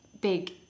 big